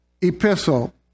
epistle